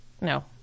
no